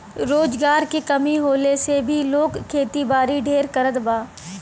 रोजगार के कमी होले से भी लोग खेतीबारी ढेर करत बा